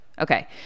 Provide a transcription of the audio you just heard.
okay